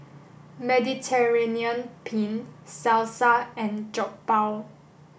Mediterranean Penne Salsa and Jokbal